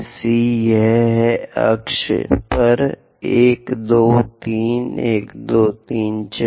C यह है अक्ष पर 1 2 3 1 2 3 4